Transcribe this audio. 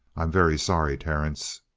i am very sorry, terence.